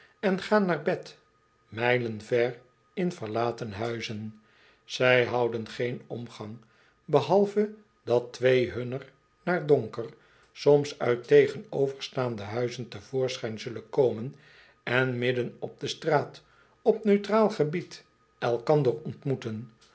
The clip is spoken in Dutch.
en gaan naar bed mijlen ver in verlaten huizen zij houden geen omgang behalve dat twee hunner na donker soms uit tegenover staande huizen te voorschijn zullen komen en midden op de straat op neutraal gebied elkander ontmoeten